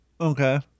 Okay